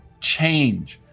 change,